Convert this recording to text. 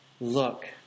look